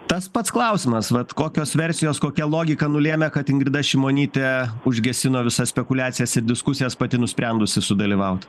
tas pats klausimas vat kokios versijos kokia logika nulėmė kad ingrida šimonytė užgesino visas spekuliacijas ir diskusijas pati nusprendusi sudalyvaut